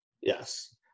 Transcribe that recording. Yes